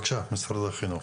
בבקשה, משרד החינוך,